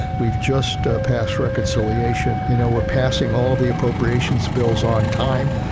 we've just ah passed reconciliation. you know, we're passing all the appropriations bills on time,